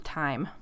time